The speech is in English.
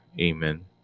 Amen